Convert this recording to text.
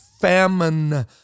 famine